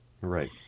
Right